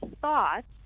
thoughts